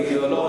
אני לא,